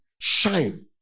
shine